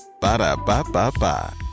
Ba-da-ba-ba-ba